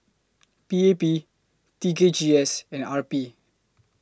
P A P T K G S and R P